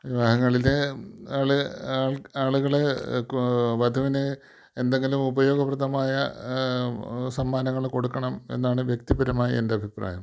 വിവാഹങ്ങളിലെ ആൾ ആളുകൾ വധുവിന് എന്തെങ്കിലും ഉപയോഗപ്രദമായ സമ്മാനങ്ങൾ കൊടുക്കണം എന്നാണ് വ്യക്തിപരമായ എൻ്റെ അഭിപ്രായം